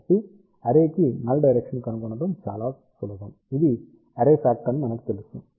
కాబట్టి అర్రే కి null direction ని కనుగొనడం చాలా సులభం ఇది అర్రే ఫ్యాక్టర్ అని మనకు తెలుసు